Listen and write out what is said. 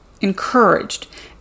encouraged